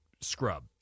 scrub